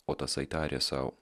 o tasai tarė sau